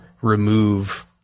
remove